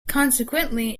consequently